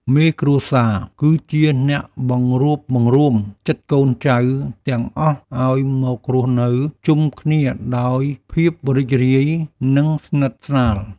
មេគ្រួសារ គឺជាអ្នកបង្រួបបង្រួមចិត្តកូនចៅទាំងអស់ឱ្យមករស់នៅជុំគ្នាដោយភាពរីករាយ និងស្និទ្ធស្នាល។